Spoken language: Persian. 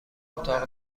اتاق